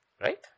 Right